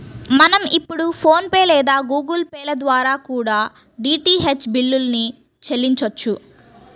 మనం ఇప్పుడు ఫోన్ పే లేదా గుగుల్ పే ల ద్వారా కూడా డీటీహెచ్ బిల్లుల్ని చెల్లించొచ్చు